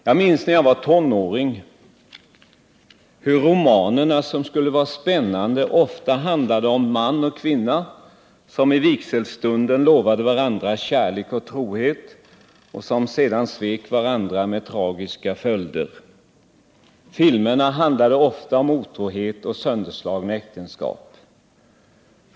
Jag minns när jag var tonåring hur romanerna som skulle vara spännande ofta handlade om man och kvinna, som i vigselstunden lovade varandra kärlek och trohet och som sedan svek varandra med tragiska följder. Filmerna handlade ofta om otrohet och sönderslagna äktenskap.